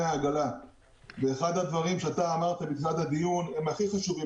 העגלה כי אחד הדברים שאתה אמרת לקראת הדיון הוא הכי חשוב,